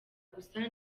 gusa